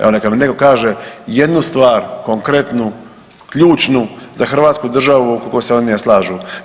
Evo neka mi netko kaže jednu stvar konkretnu, ključnu za Hrvatsku državu oko koje se oni ne slažu.